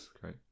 great